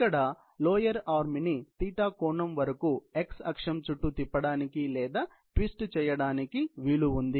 ఇక్కడ lower arm ని కోణము వరకు x అక్షం చుట్టూ తిప్పడానికి లేదా ట్విస్ట్ చేయడానికి వీలు ఉంది